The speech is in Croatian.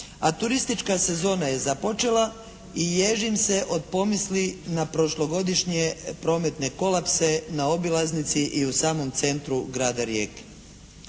turistička sezona je započela i ježim se od pomisli na prošlogodišnje prometne kolapse na obilaznici i u samom centru Grada Rijeke.